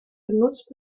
benutzt